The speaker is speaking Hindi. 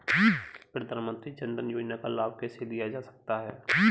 प्रधानमंत्री जनधन योजना का लाभ कैसे लिया जा सकता है?